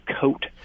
coat